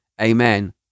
Amen